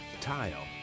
tile